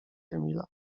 emila